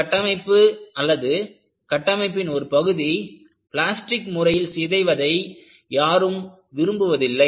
ஒரு கட்டமைப்பு அல்லது கட்டமைப்பின் ஒரு பகுதி பிளாஸ்டிக் முறையில் சிதைவது யாரும் விரும்புவதில்லை